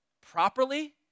properly